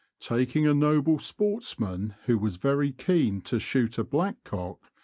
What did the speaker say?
taking a noble sportsman who was very keen to shoot a blackcock,